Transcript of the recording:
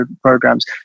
Programs